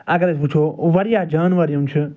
اگر أسۍ وٕچھو واریاہ جانوَر یِم چھِ